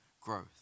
growth